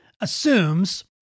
assumes